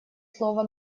слово